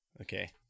Okay